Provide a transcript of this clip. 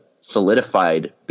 solidified